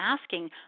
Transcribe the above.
asking